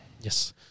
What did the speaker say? Yes